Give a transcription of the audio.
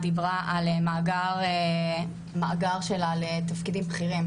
דיברה על מאגר שלה לתפקידים בכירים.